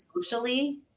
socially